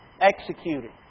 executed